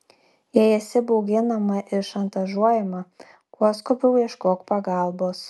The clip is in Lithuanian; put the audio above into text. jei esi bauginama ir šantažuojama kuo skubiau ieškok pagalbos